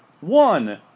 One